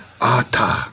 Ata